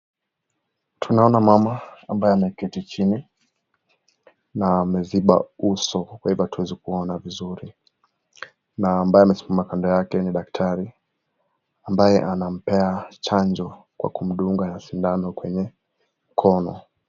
Tunaona mama ambaye ameketi chini na ameziba uso, kwa hivyo hatuwezi kuona vizuri. Na ambaye amesimama kando yake ni daktari ambaye anampea chanjo kwa kumdunga na sindano kwenye mkono.